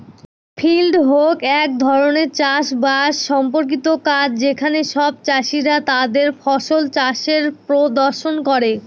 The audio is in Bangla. ফিল্ড ডেক এক ধরনের চাষ বাস সম্পর্কিত কাজ যেখানে সব চাষীরা তাদের ফসল চাষের প্রদর্শন করে